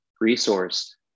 resource